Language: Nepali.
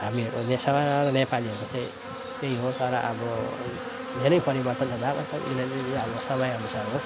हामीहरूको चाहिँ सारा नेपालीहरको चाहिँ त्यही हो तर अब धेरै परिवर्तन त भएको छ किनकि अब समयअनुसार हो